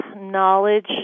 Knowledge